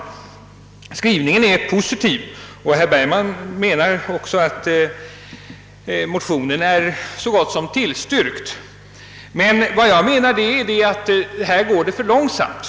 Utskottets skrivning är positiv, och herr Bergman ansåg att motionen i stort sett är tillstyrkt. Men vad jag menade var att det går för långsamt.